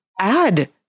add